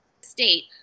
state